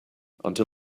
until